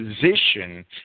position